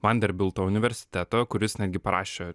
vanderbilto universiteto kuris netgi parašė